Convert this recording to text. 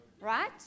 Right